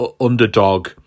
underdog